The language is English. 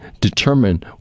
determine